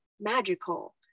magical